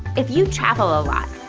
if you travel a lot,